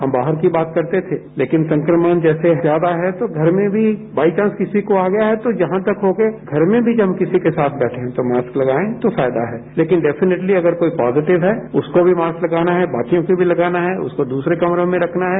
हम बाहर की बात करते थे लेकिन संक्रमण जैसे ज्यादा है तो घर में भी बाइचांस किसी को आ गया है तो जहां तक हो के घर में जब हम किसी के साथ बैठे हैं तो मास्क लगाएं तो फायदा है लेकिन डेफिनेटली अगर कोई पॉजिटिव है उसको भी मास्क लगाना है बाकियों को भी लगाना है उसको दूसरे कमरे में रखना है